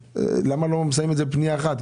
למה לא שמים את זה בפנייה אחת?